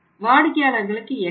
வாடிக்கையாளர்களுக்கு என்ன தேவை